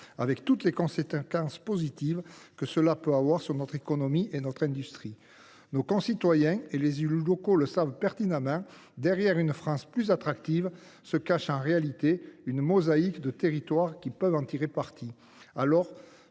avec toutes les conséquences positives que cela peut avoir sur notre économie et notre industrie. Nos concitoyens et les élus locaux le savent pertinemment : derrière une France plus attractive se cache en réalité une mosaïque de territoires qui peuvent en tirer parti.